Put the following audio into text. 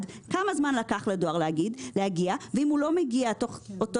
כמה זמן לקח לדואר להגיע ואם הוא לא מגיע תוך אותו